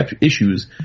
issues